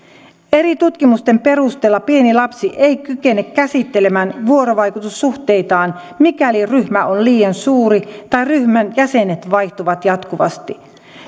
eri tutkimusten perusteella pieni lapsi ei kykene käsittelemään vuorovaikutussuhteitaan mikäli ryhmä on liian suuri tai ryhmän jäsenet vaihtuvat jatkuvasti